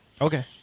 Okay